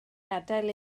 adael